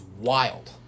wild